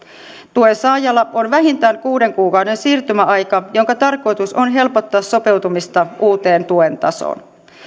tuensaajalla on vähintään kuuden kuukauden siirtymäaika jonka tarkoitus on helpottaa sopeutumista uuteen tuen tasoon